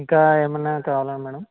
ఇంకా ఏమైనా కావాలా మేడం